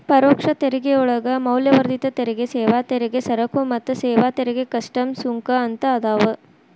ಪರೋಕ್ಷ ತೆರಿಗೆಯೊಳಗ ಮೌಲ್ಯವರ್ಧಿತ ತೆರಿಗೆ ಸೇವಾ ತೆರಿಗೆ ಸರಕು ಮತ್ತ ಸೇವಾ ತೆರಿಗೆ ಕಸ್ಟಮ್ಸ್ ಸುಂಕ ಅಂತ ಅದಾವ